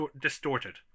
distorted